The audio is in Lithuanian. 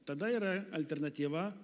tada yra alternatyva